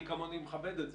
מי כמוני מכבד את זה,